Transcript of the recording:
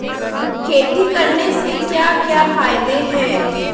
खेती करने से क्या क्या फायदे हैं?